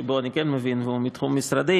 שבו אני כן מבין והוא מתחום משרדי,